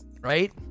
Right